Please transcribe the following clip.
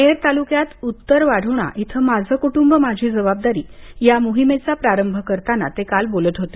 नेर तालुक्यात उत्तर वाढोणा इथं माझे कुटुंब माझी जबाबदारी या मोहिमेचा प्रारंभ करताना ते काल बोलत होते